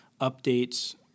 updates